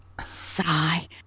Sigh